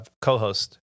co-host